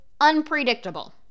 unpredictable